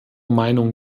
meinung